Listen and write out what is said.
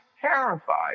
terrified